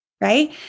right